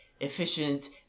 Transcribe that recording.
efficient